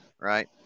right